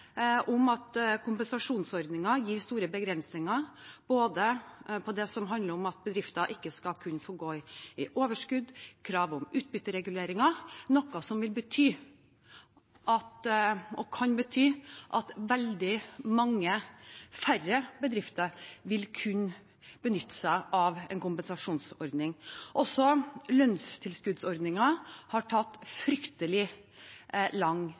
om at kompensasjonsordningen gir store begrensninger både når det gjelder det som handler om at bedrifter ikke skal kunne få gå i overskudd, og krav om utbyttereguleringer, noe som kan og vil bety at veldig mange færre bedrifter vil kunne benytte seg av en kompensasjonsordning. Også lønnstilskuddsordningen har tatt fryktelig lang